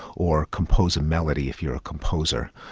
or compose a melody if you're a composer,